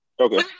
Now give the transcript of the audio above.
Okay